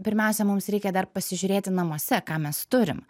pirmiausia mums reikia dar pasižiūrėti namuose ką mes turim